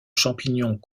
champignons